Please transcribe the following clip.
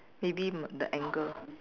maybe m~ the angle